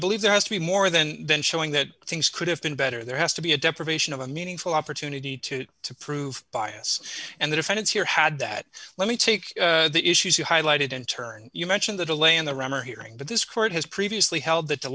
believe there has to be more than then showing that things could have been better there has to be a deprivation of a meaningful opportunity to to prove bias and the defendants here had that let me take the issues you highlighted and turned you mention the delay in the ram or hearing that this court has previously held that